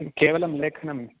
केवलं लेखनम्